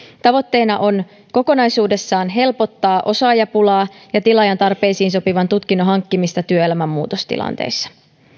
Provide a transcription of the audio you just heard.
tavoitteena on kokonaisuudessaan helpottaa osaajapulaa ja tilaajan tarpeisiin sopivan tutkinnon hankkimista työelämän muutostilanteissa